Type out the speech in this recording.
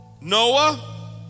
Noah